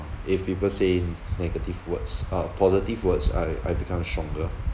if people say negative words uh positive words I I become stronger